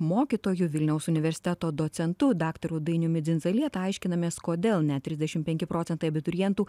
mokytoju vilniaus universiteto docentu daktaru dainiumi dzindzalieta aiškinamės kodėl net trisdešim penki procentai abiturientų